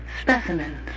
specimens